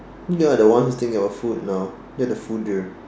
you are the one who think about food now you're the fooder